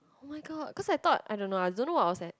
oh-my-god cause I thought I don't know what was that